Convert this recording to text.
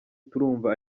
turumva